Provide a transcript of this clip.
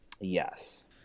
yes